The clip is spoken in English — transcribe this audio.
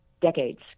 decades